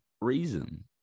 reason